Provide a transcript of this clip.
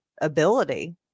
ability